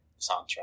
Soundtrack